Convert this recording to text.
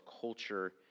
culture